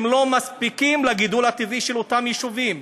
לא מספיקות לגידול הטבעי של אותם יישובים.